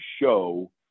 show